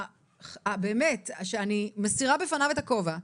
זה באמת אדם שאני מסירה בפניו את הכובע,